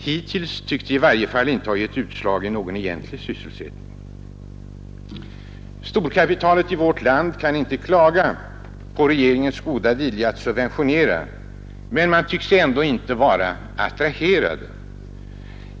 Hittills tycks de i varje fall inte ha gett utslag i någon egentlig sysselsättning. Storkapitalet i vårt land kan inte klaga på regeringens goda vilja att subventionera, men man förefaller ändå inte vara attraherad.